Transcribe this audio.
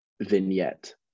vignette